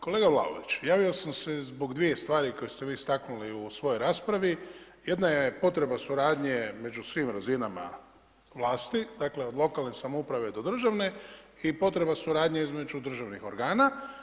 Kolega Vlaović, javio sam se zbog dvije stvari koje ste vi istaknuli u svojoj raspravi, jedna je potreba suradnje među svim razinama vlasti, dakle od lokalne samouprave do državne i potreba suradnje između državnih organa.